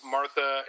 Martha